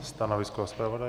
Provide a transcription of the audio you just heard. Stanovisko zpravodaje?